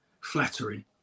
flattering